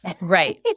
Right